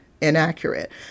inaccurate